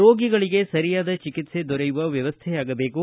ರೋಗಿಗಳಿಗೆ ಸರಿಯಾದ ಚಿಕಿತ್ಸೆ ದೊರೆಯುವ ವ್ಯವಸ್ಥೆ ಆಗಬೇಕು